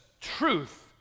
truth